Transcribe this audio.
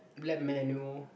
lab manual